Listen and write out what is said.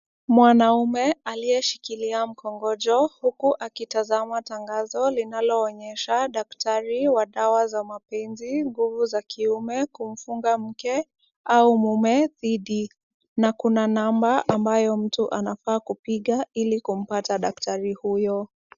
Mwanamume aliyeshikilia mkongojo huku akitazama tangazo linaloonyesha daktari wa dawa za mapenzi, nguvu za kiume, kumfunga mke au mume dhidi na kuna namba ambayo mtu anafaa kupiga ili kumpata daktari huyo.